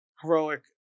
heroic